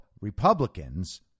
Republicans